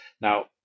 Now